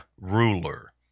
ruler